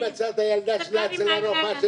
היא מצאה את הילדה שלה אצל הרופאה ש